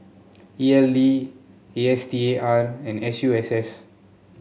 E L D A S T A R and S U S S